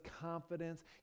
confidence